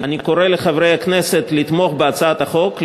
אני קורא לחברי הכנסת לתמוך בהצעת החוק,